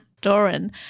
Doran